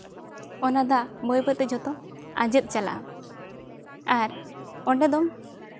ᱚᱱᱟ ᱫᱟᱜ ᱵᱟᱹᱭ ᱵᱟᱹᱭᱛᱮ ᱡᱷᱚᱛᱚ ᱟᱸᱡᱮᱫ ᱪᱟᱞᱟᱜᱼᱟ ᱚᱸᱰᱮ ᱫᱚ